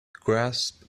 grasp